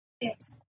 Yes